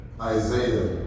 Isaiah